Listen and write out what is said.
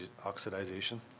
oxidization